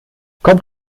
kommt